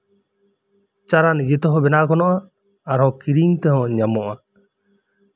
ᱪᱟᱨᱟ ᱱᱤᱡᱮ ᱛᱮᱦᱚᱸ ᱵᱮᱱᱟᱣ ᱜᱟᱱᱚᱜᱼᱟ ᱟᱨᱦᱚᱸ ᱠᱤᱨᱤᱧ ᱛᱮᱦᱚᱸ ᱧᱟᱢᱚᱜᱼᱟ